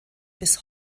bis